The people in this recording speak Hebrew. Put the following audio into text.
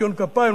בניקיון כפיים,